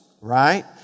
right